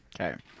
Okay